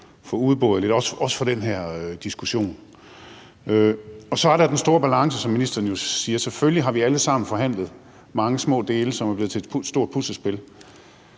få det uddybet lidt, også for den her diskussion. Så er der den store balance, som ministeren jo siger. Selvfølgelig har vi alle sammen forhandlet mange små dele, som er blevet til et stort puslespil.